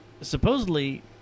supposedly